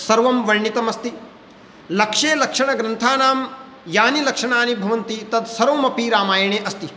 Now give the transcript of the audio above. सर्वं वर्णितमस्ति लक्ष्यलक्षणग्रन्थानां यानि लक्षणानि भवन्ति तत्सर्वमपि रामायणे अस्ति